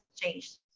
changed